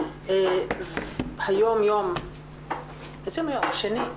היום יום שני,